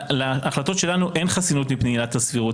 להחלטות שלנו אין חסינות מפני עילת הסבירות.